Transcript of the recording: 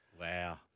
Wow